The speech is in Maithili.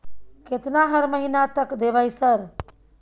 केतना हर महीना तक देबय सर?